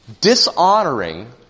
Dishonoring